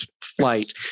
flight